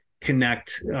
connect